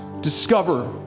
discover